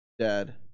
dad